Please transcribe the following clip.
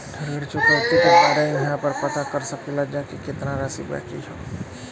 ऋण चुकौती के बारे इहाँ पर पता कर सकीला जा कि कितना राशि बाकी हैं?